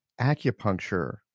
acupuncture